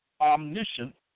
omniscient